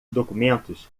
documentos